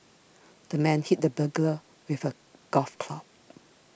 the man hit the burglar with a golf club